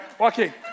Okay